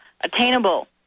Attainable